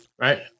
right